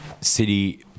city